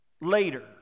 Later